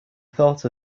thought